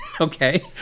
okay